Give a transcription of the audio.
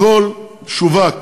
הכול שווק,